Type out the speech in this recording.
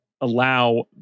allow